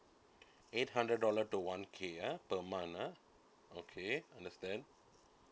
eight hundred dollar to one K uh per month uh okay understand